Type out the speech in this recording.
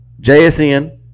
JSN